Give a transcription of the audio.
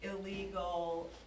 illegal